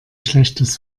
schlechtes